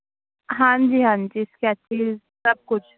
ਹਾਂਜੀ ਹਾਂਜੀ ਸਕੈਚਿਸ ਸਭ ਕੁਛ